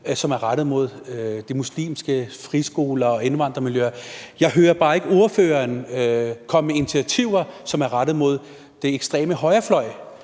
som er rettet mod de muslimske friskoler og indvandrermiljøer. Jeg hører bare ikke ordføreren komme med initiativer, som er rettet mod den ekstreme højrefløj.